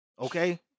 Okay